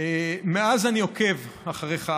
מאז אני עוקב אחריך,